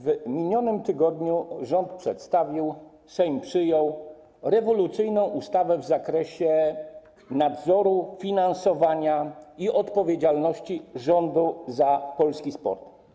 W minionym tygodniu rząd przedstawił, a Sejm przyjął, rewolucyjną ustawę w zakresie nadzoru nad sportem, finansowania sportu i odpowiedzialności rządu za polski sport.